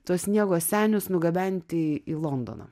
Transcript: tuos sniego senius nugabenti į londoną